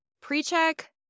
pre-check